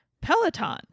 Peloton